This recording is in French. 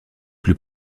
plus